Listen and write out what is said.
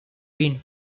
been